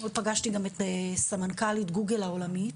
היום פגשתי גם את סמנכ"לית גוגל העולמית,